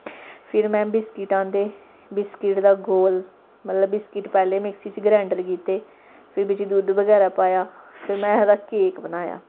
फिर में बिस्किट आंदे बिस्किट दा गोल मतलब बिस्किट पैह्लें मिक्सी च ग्रैंडर कीते फिर बिच्च दुद्ध बगैरा पाया फिर में ओह्दा केक बनाया